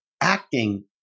acting